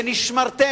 ונשמרתם,